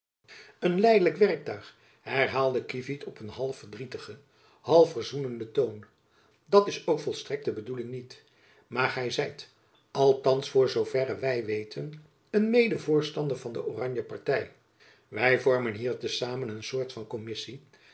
een lijdelijk werktuig herhaalde kievit op een half verdrietigen half verzoenenden toon dat is ook volstrekt de bedoeling niet maar gy zijt althands voor zoo verre wy weten een medevoorstander van de oranje party wy vormen hier te samen een soort van kommissie